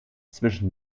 zwischen